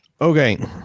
Okay